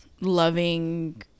loving